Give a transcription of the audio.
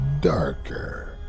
darker